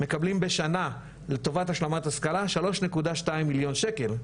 מקבלות בשנה לטובת השלמת השכלה שלוש נקודה שתיים מיליון שקל,